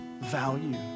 value